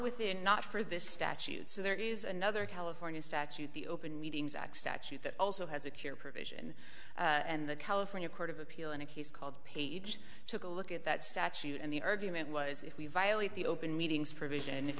within not for this statute so there is another california statute the open meetings acts statute that also has a care provision and the california court of appeal in a case called page took a look at that statute and the argument was if we violate the open meetings provision if